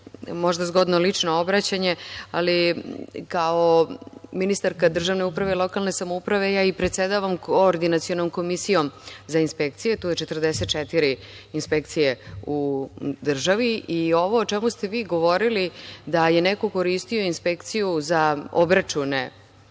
možda zgodno lično obraćanje, ali kao ministarka državne uprave i lokalne samouprave ja i predsedavam Koordinacionom komisijom za inspekcije. To su 44 inspekcije u državi. Ovo o čemu ste vi govorili da je neko koristio inspekciju za obračune